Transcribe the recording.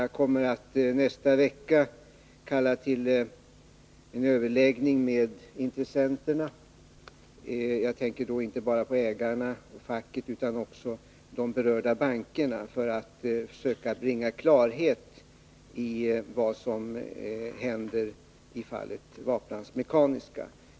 Jag kommer att nästa vecka kalla till en överläggning med intressenterna — jag tänker då inte bara på ägarna och facket, utan också på de berörda bankerna — för att söka bringa klarhet i vad som händer i fallet Waplans Mekaniska.